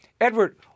Edward